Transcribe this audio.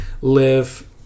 live